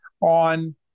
on